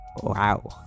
Wow